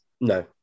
No